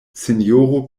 sinjoro